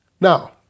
Now